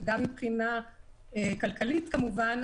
גם מבחינה כלכלית כמובן.